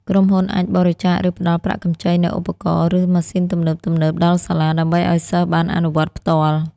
ក្រុមហ៊ុនអាចបរិច្ចាគ ឬផ្តល់ប្រាក់កម្ចីនូវឧបករណ៍ ឬម៉ាស៊ីនទំនើបៗដល់សាលាដើម្បីឱ្យសិស្សបានអនុវត្តផ្ទាល់។